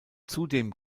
zudem